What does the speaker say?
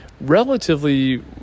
Relatively